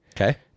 Okay